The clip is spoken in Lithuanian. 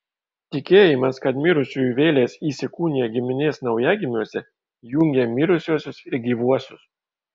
tikėjimas kad mirusiųjų vėlės įsikūnija giminės naujagimiuose jungė mirusiuosius ir gyvuosius